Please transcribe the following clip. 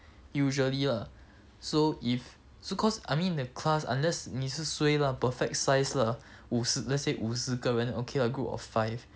usually lah so if so cause I mean in the class unless 你是 suay lah perfect size lah 五十 let's sat 五十个人 okay [what] group of five